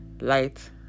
light